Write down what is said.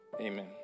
Amen